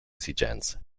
esigenze